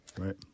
Right